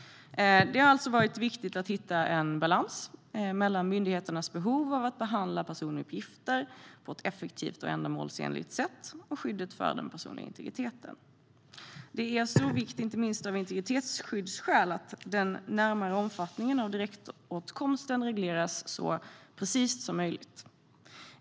Det har alltså varit viktigt att hitta en balans mellan myndigheternas behov av att behandla personuppgifter på ett effektivt och ändamålsenligt sätt och skyddet för den personliga integriteten. Det är av stor vikt, inte minst av integritetsskyddsskäl, att den närmare omfattningen av direktåtkomsten regleras så precist som möjligt.